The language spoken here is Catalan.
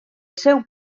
seu